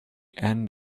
end